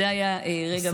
זה היה רגע מרגש.